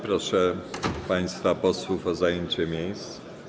Proszę państwa posłów o zajęcie miejsc.